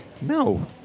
no